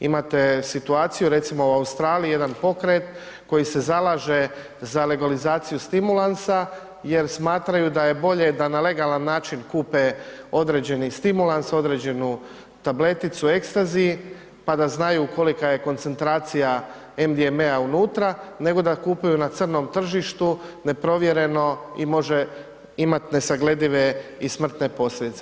Imate situaciju recimo u Australiji jedan pokret koji se zalaže za legalizaciju stimulansa jer smatraju da je bolje da na legalan način kupe određeni stimulans, određenu tableticu ecstasy, pa da znaju kolika je koncentracija MDM-a unutra nego da kupuju na crnom tržištu neprovjereno i može imat nesagledive i smrtne posljedice.